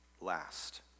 last